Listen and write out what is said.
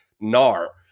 NAR